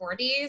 40s